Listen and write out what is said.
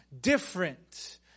different